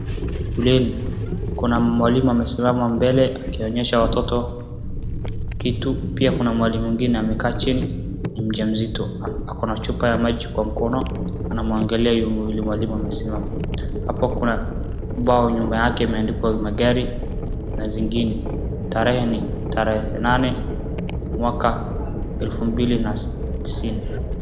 Shuleni kuna mwalimu amesimama mbele akionyesha watoto kitu. Pia kuna mwalimu mwingine amekaa chini ni mjamzito. Ako na chupa ya maji kwa mkono anamwangalia yule mwalimu amesimama. Hapo kuna ubao nyuma yake imeandikwa magari na zingine. Tarehe ni tarehe nane mwaka elfu mbili na tisini.